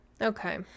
Okay